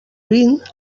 vint